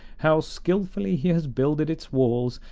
how skillfully he has builded its walls,